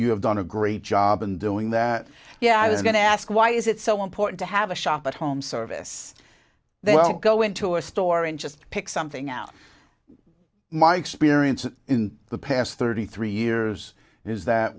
you have done a great job in doing that yeah i was going to ask why is it so important to have a shop at home service then i'll go into a store and just pick something out my experience in the past thirty three years is that